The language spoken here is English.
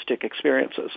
experiences